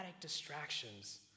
distractions